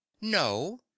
no